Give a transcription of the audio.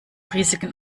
risiken